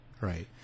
Right